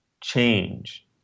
change